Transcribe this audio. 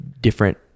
different